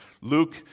Luke